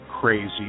crazy